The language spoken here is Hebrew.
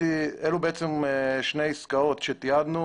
אלה שתי עסקאות שתיעדנו.